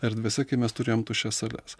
erdvėse kai mes turėjom tuščias sales